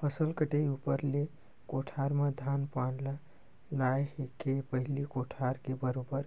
फसल कटई ऊपर ले कठोर म धान पान ल लाए के पहिली कोठार के बरोबर